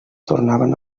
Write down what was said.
tornaven